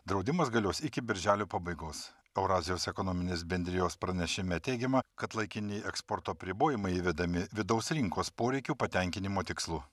draudimas galios iki birželio pabaigos eurazijos ekonominės bendrijos pranešime teigiama kad laikini eksporto apribojimai įvedami vidaus rinkos poreikių patenkinimo tikslu